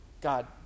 God